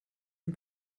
and